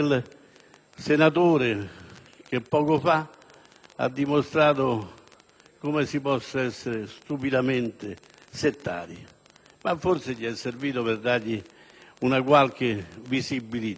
senatore che poc'anzi ha dimostrato come si possa essere stupidamente settari, ma forse gli è servito per dargli una qualche visibilità.